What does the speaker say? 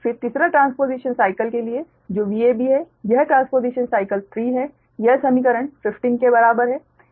फिर तीसरा transposition cycle के लिए जो Vab है यह ट्रांसपोजिशन साइकल 3 है यह समीकरण 15 के बराबर है